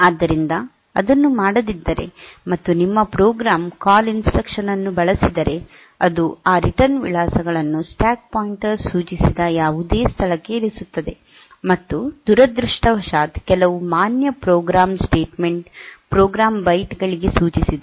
ಆದ್ದರಿಂದ ಅದನ್ನು ಮಾಡದಿದ್ದರೆ ಮತ್ತು ನಿಮ್ಮ ಪ್ರೋಗ್ರಾಂ ಕಾಲ್ ಇನ್ಸ್ಟ್ರಕ್ಷನ್ ಅನ್ನು ಬಳಸಿದರೆ ಅದು ಆ ರಿಟರ್ನ್ ವಿಳಾಸಗಳನ್ನು ಸ್ಟ್ಯಾಕ್ ಪಾಯಿಂಟರ್ ಸೂಚಿಸಿದ ಯಾವುದೇ ಸ್ಥಳಕ್ಕೆ ಇರಿಸುತ್ತದೆ ಮತ್ತು ದುರದೃಷ್ಟವಶಾತ್ ಕೆಲವು ಮಾನ್ಯ ಪ್ರೋಗ್ರಾಂ ಸ್ಟೇಟ್ಮೆಂಟ್ ಪ್ರೋಗ್ರಾಂ ಬೈಟ್ ಗಳಿಗೆ ಸೂಚಿಸಿದರೆ